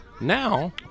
now